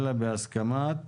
אלא בהסכמת